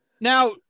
Now